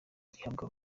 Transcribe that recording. gihabwa